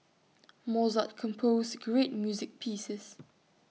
Mozart composed great music pieces